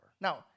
Now